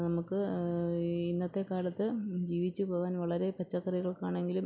നമുക്ക് ഇന്നത്തെ കാലത്ത് ജീവിച്ചു പോകാൻ വളരെ പച്ചക്കറികൾക്ക് ആണെങ്കിലും